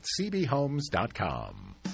cbhomes.com